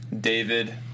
David